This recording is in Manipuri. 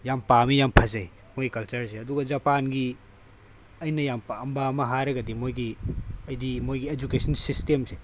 ꯌꯥꯝ ꯄꯥꯝꯃꯤ ꯌꯥꯝ ꯐꯖꯩ ꯃꯣꯏ ꯀꯜꯆꯔꯁꯦ ꯑꯗꯨꯒ ꯖꯄꯥꯟꯒꯤ ꯑꯩꯅ ꯌꯥꯝ ꯄꯥꯝꯕ ꯑꯃ ꯍꯥꯏꯔꯒꯗꯤ ꯃꯣꯏꯒꯤ ꯑꯩꯗꯤ ꯃꯣꯏꯒꯤ ꯑꯩꯦꯖꯨꯀꯦꯁꯟ ꯁꯤꯁꯇꯦꯝꯁꯦ